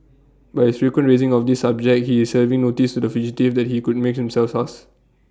by his frequent raising of this subject he is serving notice to the fugitive that he could make himself scarce